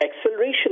acceleration